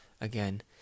again